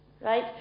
right